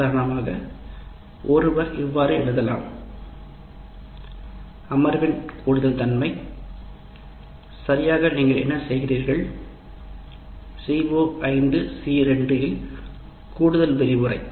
உதாரணமாக ஒருவர் இவ்வாறு எழுதலாம் அமர்வின் கூடுதல் தன்மை சரியாக நீங்கள் என்ன செய்கிறீர்கள் CO5 C2 இல் கூடுதல் விரிவுரை